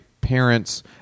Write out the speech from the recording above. parents